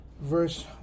verse